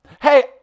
hey